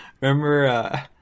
Remember